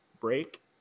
break